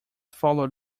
followed